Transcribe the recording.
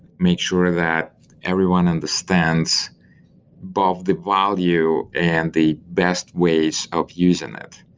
make sure that everyone understands both the value and the best ways of using it.